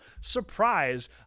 surprise